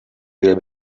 will